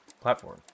platform